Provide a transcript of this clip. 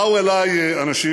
באו אלי אנשים,